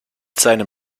seinem